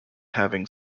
having